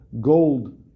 gold